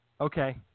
Okay